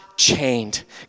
chained